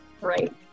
Right